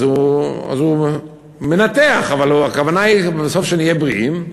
אז הוא מנתח, אבל הכוונה היא שבסוף נהיה בריאים.